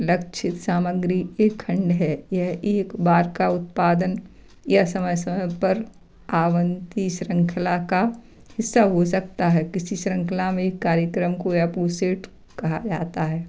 लक्ष्य सामग्री के खंड है यह एक बार का उत्पादन यह समय समय पर आवंती शृंखला का हिस्सा हो सकता है किसी शृंखला में इस कार्यक्रम को कहा जाता है